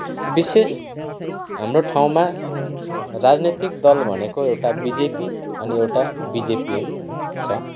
विशेष हाम्रो ठाउँमा राजनैतिक दल भनेको एउटा बिजेपी अनि एउटा बिजिपिएम छ